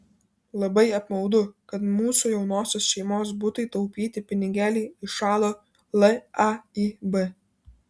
labai apmaudu kad mūsų jaunosios šeimos butui taupyti pinigėliai įšalo laib